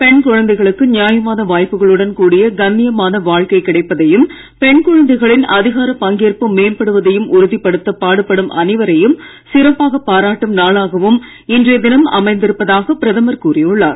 பெண் குழந்தைகளுக்கு நியாயமான வாய்ப்புகளுடன் கூடிய கண்ணியமான வாழ்க்கை கிடைப்பதையும் பெண் குழந்தைகளின் அதிகாரப் பங்கேற்பு மேம்படுவதையும் உறுதிப்படுத்த பாடுபடும் அனைவரையும் சிறப்பாக பாராட்டும் நாளாகவும் இன்றைய தினம் அமைந்திருப்பதாக பிரதமர் கூறியுள்ளார்